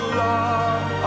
love